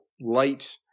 light